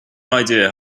idea